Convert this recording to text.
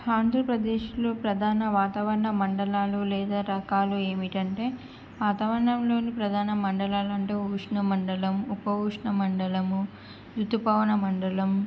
ఆంధ్రప్రదేశ్లో ప్రధాన వాతావరణ మండలాలు లేదా రకాలు ఏమిటి అంటే వాతావరణంలోని ప్రధాన మండలాలు అంటే ఉష్ణ మండలం ఉపఉష్ణ మండలము రుతుపవన మండలం